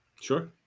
sure